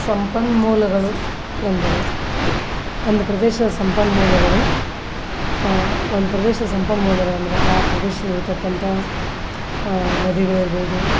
ಸಂಪನ್ಮೂಲಗಳು ಎಂದರೆ ಒಂದು ಪ್ರದೇಶದ ಸಂಪನ್ಮೂಲಗಳು ಒಂದು ಪ್ರದೇಶದ ಸಂಪನ್ಮೂಲಗಳು ಅಂದ್ರೆ ಆ ಪ್ರದೇಶದಲ್ಲಿರತಕ್ಕಂಥ ನದಿಗಳಿರ್ಬೋದು